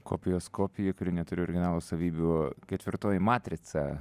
kopijos kopija kuri neturi originalo savybių ketvirtoji matrica